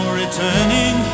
returning